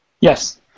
Yes